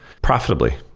profitably.